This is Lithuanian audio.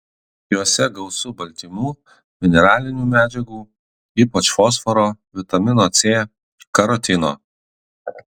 juose gausu baltymų mineralinių medžiagų ypač fosforo vitamino c karotino